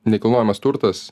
nekilnojamas turtas